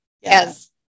Yes